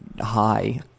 high